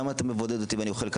למה אתה מבודד אותי אם אני אוכל כאן?